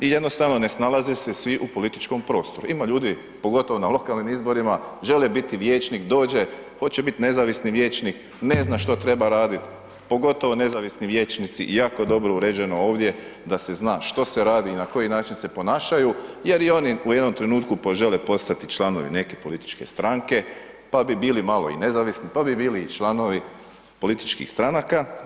I jednostavno ne snalaze se svi u političkom prostoru, ima ljudi, pogotovo na lokalnim izborima, žele biti vijećnik, dođe hoće biti nezavisni vijećnik, ne zna što treba radit, pogotovo nezavisni vijećnici, i jako dobro uređeno ovdje da se zna što se radi i na koji način se ponašaju, jer i oni u jednom trenutku požele postati članovi neke političke stranke, pa bi bili malo i nezavisni, pa bi bili i članovi političkih stranaka.